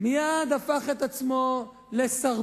הוא מייד הפך את עצמו לסרבן,